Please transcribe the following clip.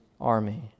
army